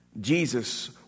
Jesus